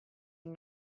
are